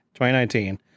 2019